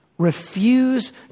refuse